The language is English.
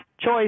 Choice